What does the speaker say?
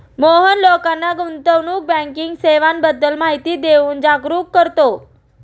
मोहन लोकांना गुंतवणूक बँकिंग सेवांबद्दल माहिती देऊन जागरुक करतो